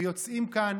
ויוצאים כאן,